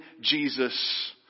Jesus